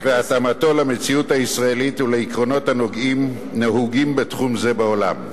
והתאמתו למציאות הישראלית ולעקרונות הנהוגים בתחום זה בעולם.